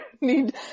need